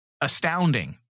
astounding